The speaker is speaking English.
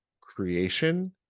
creation